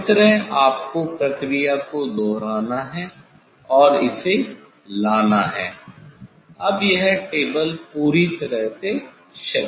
इस तरह आपको प्रक्रिया को दोहराना है और इसे लाना है अब यह टेबल पूरी तरह से क्षैतिज है